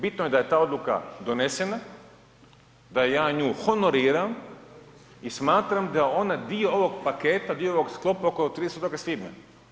Bitno je da je ta odluka donesena, da ja nju honoriram i smatram da je ona dio ovog paketa, dio ovog sklopa oko 30. svibnja.